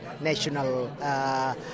national